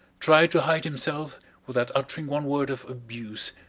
tried to hide himself without uttering one word of abuse,